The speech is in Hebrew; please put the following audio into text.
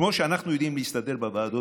כמו שאנחנו יודעים להסתדר בוועדות,